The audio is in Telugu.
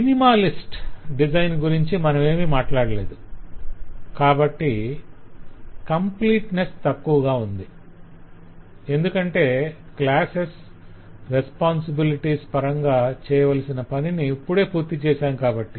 మినిమాలిస్ట్ డిజైన్ గురించి మనమేమీ మాట్లాడలేము కాబట్టి కంప్లీట్నెస్ తక్కువగా ఉంది ఎందుకంటే క్లాసెస్ రెస్పొంసిబిలిటీస్ పరంగా చేయవలసిన పనిని ఇప్పుడే పూర్తిచేసాం కాబట్టి